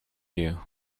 you